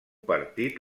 partit